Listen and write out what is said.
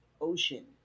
ocean